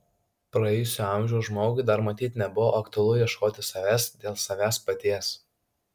praėjusio amžiaus žmogui dar matyt nebuvo aktualu ieškoti savęs dėl savęs paties